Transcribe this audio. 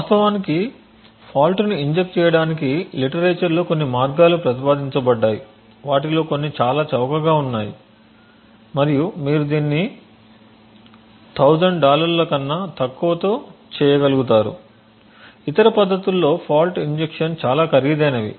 వాస్తవానికి ఫాల్ట్ని ఇంజెక్ట్ చేయడానికి లిటరేచర్లో కొన్ని మార్గాలు ప్రతిపాదించబడ్డాయి వాటిలో కొన్ని చాలా చౌకగా ఉన్నాయి మరియు మీరు దీన్ని 1000 డాలర్ల కన్నా తక్కువతో చేయగలుగుతారు ఇతర పద్ధతులలో ఫాల్ట్ ఇంజెక్షన్చాలా ఖరీదైనవి